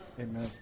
Amen